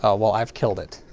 ah well i've killed it.